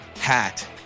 hat